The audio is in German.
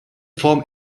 form